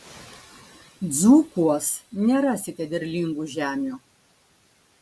dzūkuos nerasite derlingų žemių